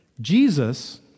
Jesus